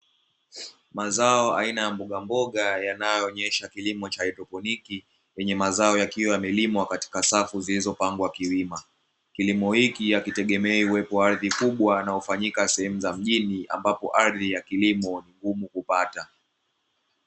Mazao ya aina ya mbogamboga yanaonyesha kilimo cha kihaidroponi, yenye mazao yakiwa yamelimwa kwenye safu zilizopangwa kwa wima kilimo hiki hakitegemei uwepo wa aridhi kubwa unaofanyika sehemu za mjini ambapo aridhi za kilimo ni ngumu kupata.